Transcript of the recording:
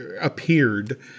appeared